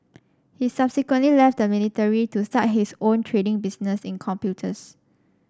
he subsequently left the military to start his own trading business in computers